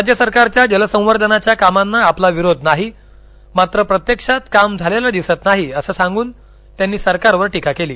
राज्य सरकारच्या जलसंवर्धनाच्या कामांना आपला विरोध नाही मात्र प्रत्यक्षात काम झालेलं दिसत नाही असं सांग्रन त्यांनी सरकारवर टीका केली